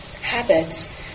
habits